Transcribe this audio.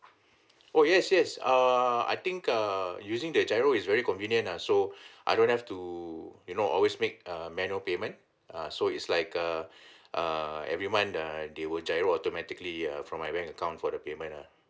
oh yes yes ah I think err using the GIRO is very convenient ah so I don't have to you know always make uh manual payment ah so is like a err every month uh they will GIRO automatically uh from my bank account for the payment ah